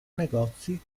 negozi